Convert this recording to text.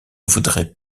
voudrait